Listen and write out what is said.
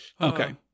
okay